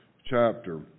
chapter